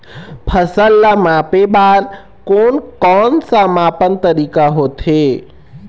फसल ला मापे बार कोन कौन सा मापन तरीका होथे?